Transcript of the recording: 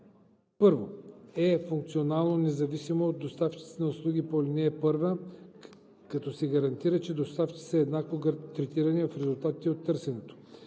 1: 1. е функционално независимо от доставчиците на услуги по ал. 1, като се гарантира, че доставчиците са еднакво третирани в резултатите от търсенето;